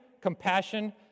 compassion